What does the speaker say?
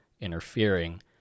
interfering